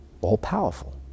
all-powerful